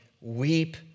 weep